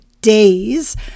days